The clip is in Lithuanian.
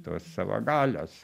tos savo galios